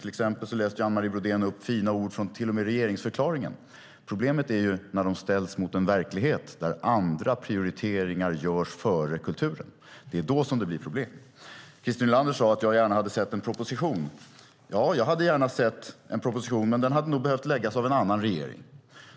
Anne Marie Brodén läste till exempel upp fina ord till och med från regeringsförklaringen. Problemet är när orden ställs mot en verklighet där andra prioriteringar görs före kulturen. Det är då det blir problem. Christer Nylander sade att jag gärna hade sett en proposition. Ja, jag hade gärna sett en proposition. Men den hade nog behövt läggas fram av en annan regering.